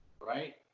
right